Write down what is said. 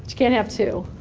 can't have two.